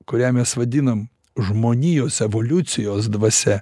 kurią mes vadinam žmonijos evoliucijos dvasia